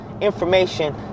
Information